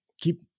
keep